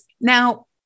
Now